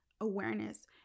awareness